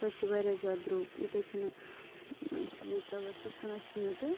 سُہ حظ چھُ واریاہ زیادٕ درٛوٚگ ییٚتہِ حظ چھُنہٕ ٲں یہِ دوا چھِ سُہ نَہ حظ چھُ ییٚتہِ